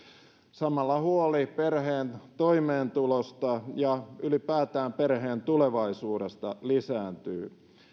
samalla huoli perheen toimeentulosta ja ylipäätään perheen tulevaisuudesta lisääntyy